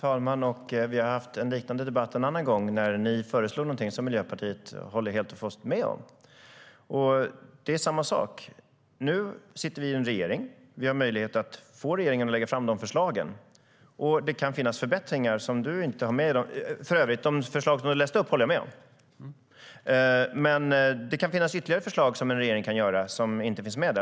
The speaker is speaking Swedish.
Fru talman! Vi har haft en liknande debatt när ni föreslog något som Miljöpartiet håller helt och fullt med om. Det är samma sak. Nu sitter vi med i en regering. Vi har möjlighet att få regeringen att lägga fram förslagen, och det kan finnas förbättringar.De förslag som Jens Holm läste upp håller jag med om, men det kan finnas ytterligare förslag som en regering kan lägga fram som inte finns med.